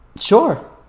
sure